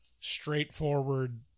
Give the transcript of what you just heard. straightforward